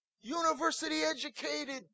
university-educated